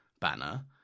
banner